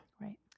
Right